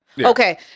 okay